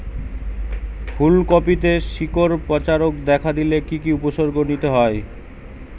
ফুলকপিতে শিকড় পচা রোগ দেখা দিলে কি কি উপসর্গ নিতে হয়?